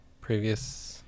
previous